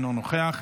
אינו נוכח,